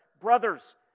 Brothers